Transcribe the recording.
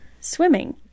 swimming